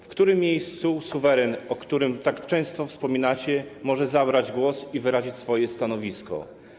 W którym miejscu suweren, o którym tak często wspominacie, może zabrać głos i wyrazić swoje stanowisko?